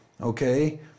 okay